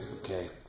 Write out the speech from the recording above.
Okay